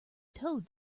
toad